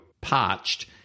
parched